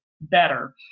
better